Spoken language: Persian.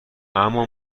اما